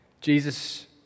Jesus